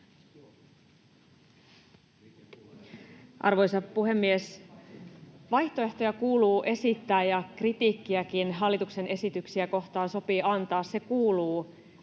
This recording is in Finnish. Arvoisa puhemies! Vaihtoehtoja kuuluu esittää, ja kritiikkiäkin hallituksen esityksiä kohtaan sopii antaa. Se kuuluu